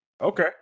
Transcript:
Okay